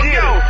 yo